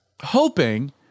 hoping